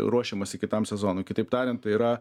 ruošiamasi kitam sezonui kitaip tariant tai yra